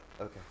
Okay